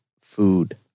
food